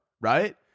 right